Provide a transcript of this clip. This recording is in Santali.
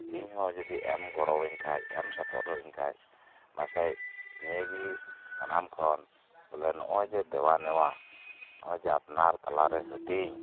ᱤᱧ ᱦᱚᱸ ᱡᱩᱫᱤ ᱮᱢ ᱜᱚᱲᱚ ᱟᱹᱧ ᱠᱷᱟᱡ ᱮᱢ ᱥᱚᱯᱚᱦᱚᱫ ᱟᱹᱧ ᱠᱷᱟᱡ ᱯᱟᱥᱮᱡ ᱱᱤᱭᱟᱹ ᱜᱮ ᱥᱟᱱᱟᱢ ᱠᱷᱚᱱ ᱵᱚᱞᱮ ᱱᱚᱜ ᱚᱭ ᱡᱮ ᱫᱮᱣᱟ ᱱᱮᱣᱟ ᱱᱚᱜ ᱚᱭ ᱡᱮ ᱟᱯᱱᱟᱨ ᱛᱟᱞᱟᱨᱮ ᱦᱟᱹᱴᱤᱧ